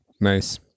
Nice